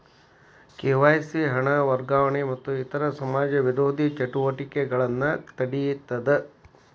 KYC ಹಣ ವರ್ಗಾವಣೆ ಮತ್ತ ಇತರ ಸಮಾಜ ವಿರೋಧಿ ಚಟುವಟಿಕೆಗಳನ್ನ ತಡೇತದ